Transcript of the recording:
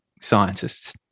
scientists